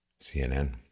CNN